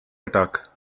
attack